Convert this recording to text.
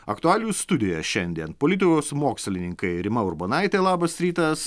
aktualijų studijoje šiandien politikos mokslininkai rima urbonaitė labas rytas